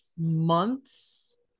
months